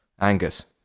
Angus